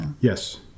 Yes